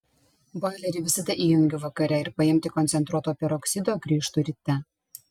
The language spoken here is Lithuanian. boilerį visada įjungiu vakare ir paimti koncentruoto peroksido grįžtu ryte